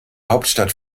hauptstadt